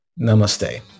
namaste